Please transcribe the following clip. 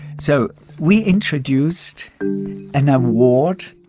so we introduced an award,